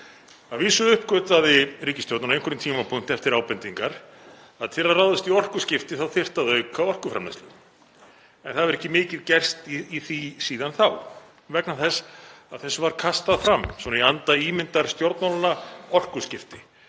Að vísu uppgötvaði ríkisstjórnin á einhverjum tímapunkti eftir ábendingar að til að ráðast í orkuskipti þá þyrfti að auka orkuframleiðslu. En það hefur ekki mikið gerst í því síðan vegna þess að því var kastað fram í anda ímyndarstjórnmála — orkuskipti—